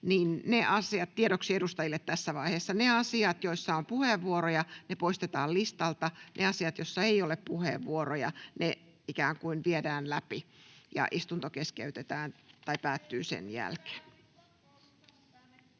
niin tiedoksi edustajille tässä vaiheessa: ne asiat, joissa on puheenvuoroja, poistetaan listalta, ja asiat, joissa ei ole puheenvuoroja, viedään läpi ja istunto päättyy sen jälkeen.